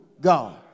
God